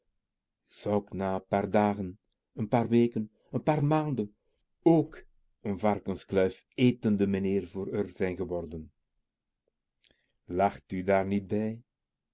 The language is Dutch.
na n paar dagen n paar weken n paar maanden ook n var etende meneer voor r zijn geworden kensluif lacht u daar niet bij